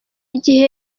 gihe